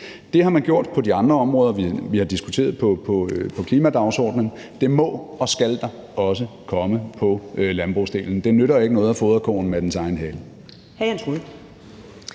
Det har man gjort på de andre områder, vi har diskuteret det på klimadagsordenen. Det må og skal der også komme på landbrugsdelen. Det nytter ikke noget at fodre koen med dens egen hale.